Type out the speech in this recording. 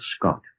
Scott